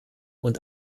und